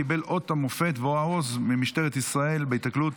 קיבל את אות המופת והעוז ממשטרת ישראל בהיתקלות